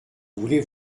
voulez